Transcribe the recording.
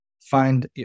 find